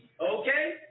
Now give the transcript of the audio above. Okay